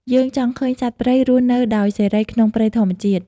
យើងចង់ឃើញសត្វព្រៃរស់នៅដោយសេរីក្នុងព្រៃធម្មជាតិ។